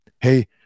hey